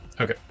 Okay